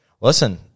listen